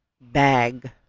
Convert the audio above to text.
bag